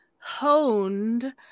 honed